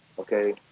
okay?